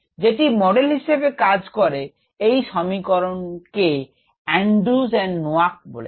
jetty model হিসেবে কাজ করে এই সমীকরণটি কে Andrews ও Noac বলেছেন